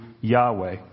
Yahweh